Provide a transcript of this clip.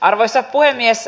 arvoisa puhemies